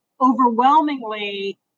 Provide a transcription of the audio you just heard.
overwhelmingly